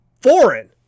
foreign